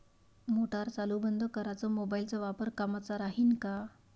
Motor चालू बंद कराच मोबाईलचा वापर कामाचा राहीन का?